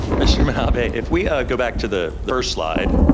mr. minabe, if we go back to the first slide.